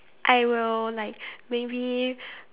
I will like maybe